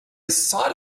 side